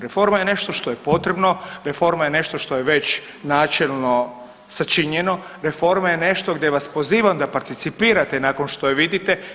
Reforma je nešto što je potrebno, reforma je nešto što je već načelno sačinjeno, reforma je nešto gdje vas pozivam da percipirate nakon što je vidite.